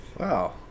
wow